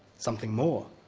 something more.